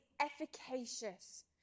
efficacious